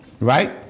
right